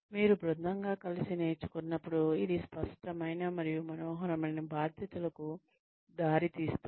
మీరు బృందంగా కలిసి నేర్చుకున్నప్పుడు ఇది స్పష్టమైన మరియు మనోహరమైన బాధ్యతలకు దారితీస్తుంది